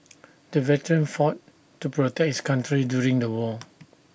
the veteran fought to protect his country during the war